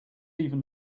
even